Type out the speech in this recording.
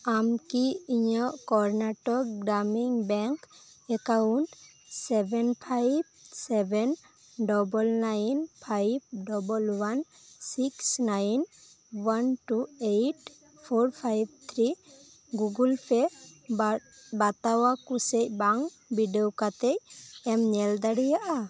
ᱟᱢᱠᱤ ᱤᱧᱟᱹᱜ Karnataka Gramin bank account seven five seven double nine five double one six nine one two eight four five three Google Pay ᱵᱟ ᱵᱟᱛᱟᱣᱟᱠᱚ ᱥᱮᱵᱟᱝ ᱵᱤᱰᱟᱹᱣ ᱠᱟᱛᱮᱢ ᱧᱮᱞ ᱫᱟᱲᱮᱭᱟᱜᱼᱟ